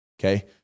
Okay